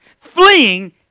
Fleeing